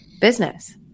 business